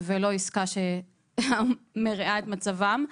ולא עסקה שמרעה את מצבם,